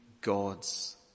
God's